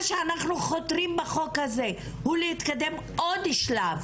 מה שאנחנו חותרים בחוק הזה הוא להתקדם עוד שלב